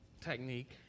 technique